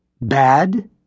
Bad